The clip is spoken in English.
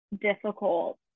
difficult